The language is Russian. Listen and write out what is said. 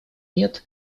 нет